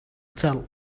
tell